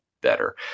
better